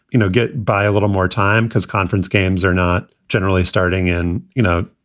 you know, get by a little more time? because conference games are not generally starting in, you know,